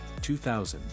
2000